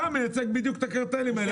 אתה מייצג בדיוק את הקרטלים האלה.